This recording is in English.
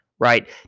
Right